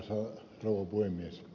arvoisa rouva puhemies